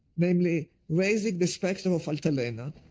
mainly reasoning the specter of altalena.